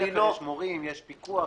בבית ספר יש מורים, יש פיקוח.